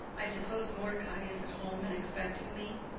i suppose mordecai is at home and expecting me,